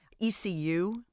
ECU